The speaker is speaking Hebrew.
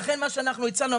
לכן מה שאנחנו הצענו,